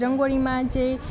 રંગોળીમાં જે